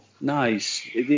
nice